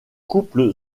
couple